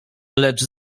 lecz